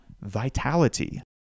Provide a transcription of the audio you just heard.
vitality